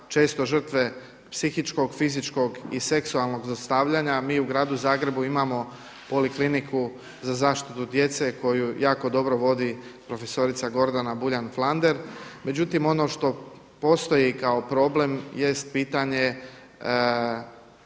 često žrtve psihičkog, fizičkog i seksualnog zlostavljanja. Mi u gradu Zagrebu imamo Polikliniku za zaštitu djece koju jako dobro vodi prof. Gordana Buljan Flander. Međutim ono što postoji kao problem jest pitanje